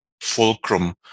fulcrum